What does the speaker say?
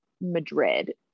Madrid